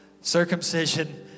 Circumcision